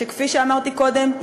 שכפי שאמרתי קודם,